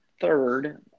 third